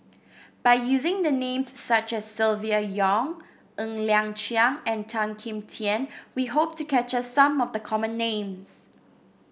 by using the names such as Silvia Yong Ng Liang Chiang and Tan Kim Tian we hope to capture some of the common names